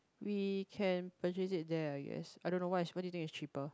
we can purchase it there I guess I don't know what is what do you think is cheaper